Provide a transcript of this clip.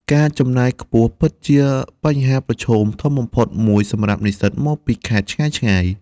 ការចំណាយខ្ពស់ពិតជាបញ្ហាប្រឈមធំបំផុតមួយសម្រាប់និស្សិតមកពីខេត្តឆ្ងាយៗ។